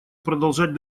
продолжать